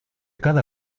cada